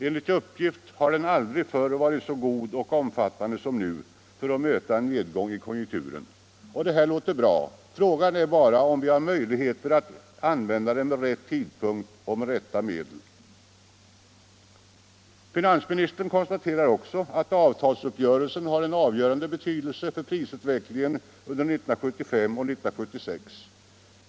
Enligt uppgift har den aldrig varit så god och så omfattande som nu för att möta en nedgång i konjunkturen. Det låter bra — frågan är bara om vi har möjlighet att använda den vid rätt tidpunkt och med rätta medel. Finansministern konstaterar också att avtalsuppgörelsen har en avgörande betydelse för prisutvecklingen under 1975 och 1976.